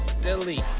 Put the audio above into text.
delete